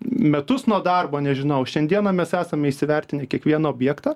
metus nuo darbo nežinojau šiandieną mes esam įsivertinę kiekvieną objektą